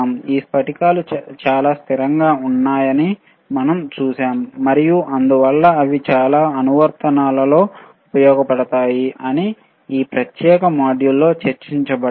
ఈ స్ఫటికాలు చాలా స్థిరంగా ఉన్నాయని మనం చూశాము మరియు అందువల్ల అవి చాలా అనువర్తనాలలో ఉపయోగించబడతాయి అని ఈ ప్రత్యేక మాడ్యూల్లో చర్చించబడ్డాయి